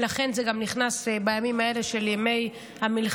ולכן זה גם נכנס בימים האלה של ימי המלחמה.